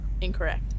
incorrect